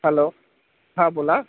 hello हां बोला